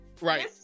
right